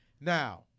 now